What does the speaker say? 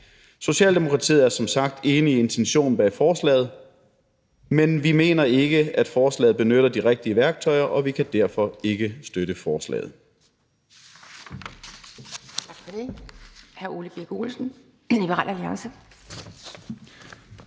Socialdemokratiet er som sagt enige i intentionen bag forslaget, men vi mener ikke, at forslaget benytter de rigtige værktøjer, og vi kan derfor ikke støtte forslaget.